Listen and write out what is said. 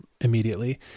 immediately